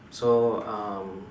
so um